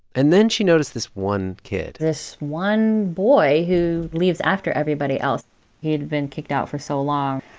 and then she noticed this one kid this one boy who leaves after everybody else he had been kicked out for so long,